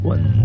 One